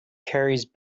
carries